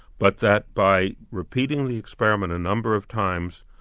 but that by repeating the experiment a number of times,